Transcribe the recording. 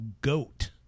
goat